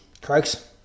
Croaks